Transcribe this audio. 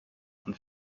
von